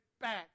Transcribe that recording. back